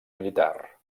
militar